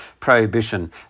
prohibition